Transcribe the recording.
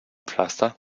pflaster